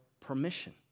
permission